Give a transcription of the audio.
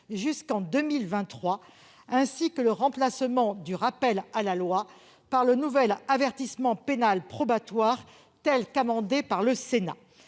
jusqu'en 2023, ainsi que le remplacement du rappel à la loi par le nouvel avertissement pénal probatoire tel qu'amendé par le Sénat.